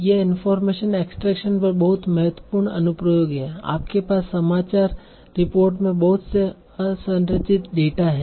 यह information extraction पर बहुत महत्वपूर्ण अनुप्रयोग है आपके पास समाचार रिपोर्ट में बहुत से असंरचित डेटा हैं